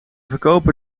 verkopen